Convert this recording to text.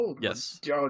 yes